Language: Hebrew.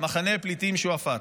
מחנה פליטים שועפאט,